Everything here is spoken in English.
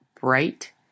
Bright